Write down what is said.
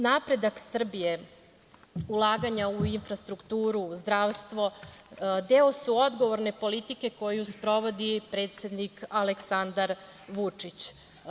Napredak Srbije, ulaganje u infrastrukturu, zdravstvo deo su odgovorne politike koju sprovodi predsednik Aleksandar Vučić.